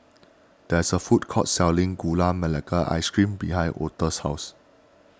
there is a food court selling Gula Melaka Ice Cream behind Altha's house